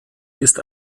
ist